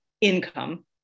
income